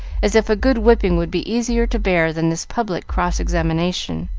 as if a good whipping would be easier to bear than this public cross-examination.